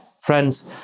Friends